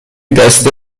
دسته